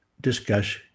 discuss